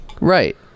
Right